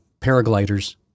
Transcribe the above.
paragliders